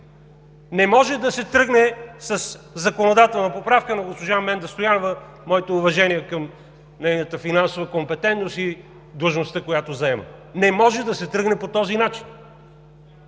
Не може да се тръгне със законодателна поправка на госпожа Менда Стоянова. Моите уважения към нейната финансова компетентност и длъжността, която заема! Не може да се тръгне по този начин!